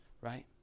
right